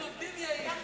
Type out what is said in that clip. אנחנו עובדים יעיל.